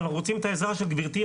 ואנחנו רוצים את העזרה של גברתי.